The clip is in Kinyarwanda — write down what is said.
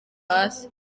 hasi